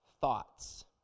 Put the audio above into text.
thoughts